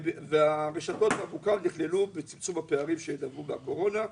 הרשתות והמוכר נכללו בצמצום הפערים שנבעו מהקורונה,